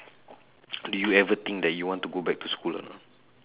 do you ever think that you want to go back to school or not